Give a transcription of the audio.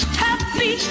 happy